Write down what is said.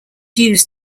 used